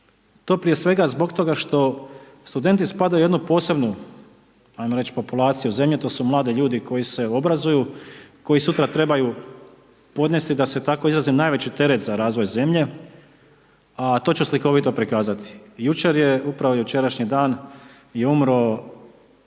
je prije svega zbog toga što studenti spadaju u jednu posebnu ajmo reći, populaciju zemlje, to su mladi ljudi koji se obrazuju, koji sutra trebaju, podnesti, da se tako izrazim, najveći teret za razvoj zemlje, a to ću slikovito prikazati. Jučer je, upravo jučerašnji dan je umro